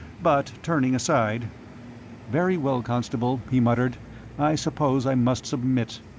but, turning aside very well, constable, he muttered i suppose i must submit.